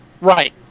Right